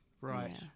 Right